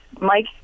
Mike